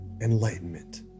Enlightenment